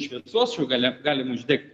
šviesos čia gale galim uždegti